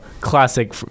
Classic